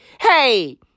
Hey